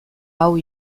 hau